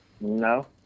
No